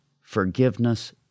forgiveness